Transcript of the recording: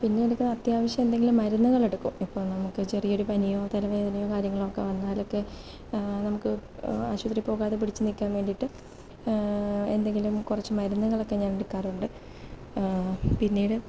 പിന്നെ എടുക്കുക അത്യാവശ്യം എന്തെങ്കിലും മരുന്നുകൾ എടുക്കും ഇപ്പം നമുക്ക് ചെറിയൊരു പനിയോ തലവേദനയോ കാര്യങ്ങളൊക്കെ വന്നാലൊക്കെ നമുക്ക് ആശുപത്രിയിൽ പോകാതെ പിടിച്ചുനിൽക്കാൻ വേണ്ടിയിട്ട് എന്തെങ്കിലും കുറച്ചു മരുന്നുകൾ ഒക്കെ ഞാൻ എടുക്കാറുണ്ട് പിന്നീട്